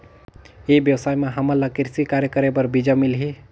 ई व्यवसाय म हामन ला कृषि कार्य करे बर बीजा मिलही?